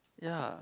ya